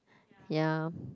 ya